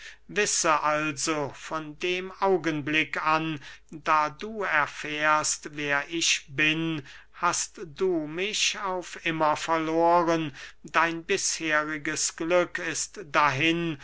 wisse also von dem augenblick an da du erfährst wer ich bin hast du mich auf immer verloren dein bisheriges glück ist dahin